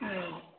ꯎꯝ